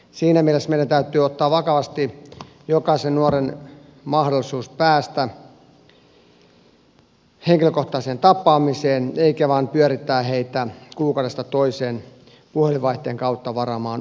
siinä mielessä meidän täytyy ottaa vakavasti jokaisen nuoren mahdollisuus päästä henkilökohtaiseen tapaamiseen eikä vain pyörittää heitä kuukaudesta toiseen puhelinvaihteen kautta varaamaan uutta aikaa